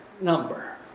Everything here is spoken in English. number